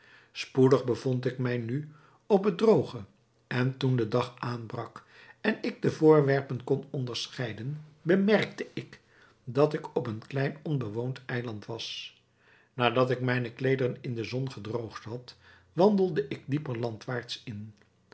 spoedig bevond ik mij nu op het drooge en toen de dag aanbrak en ik de voorwerpen kon onderscheiden bemerkte ik dat ik op een klein onbewoond eiland was nadat ik mijne kleederen in de zon gedroogd had wandelde ik dieper landwaarts in